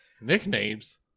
Nicknames